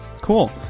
cool